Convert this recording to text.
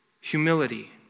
humility